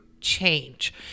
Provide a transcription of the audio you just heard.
change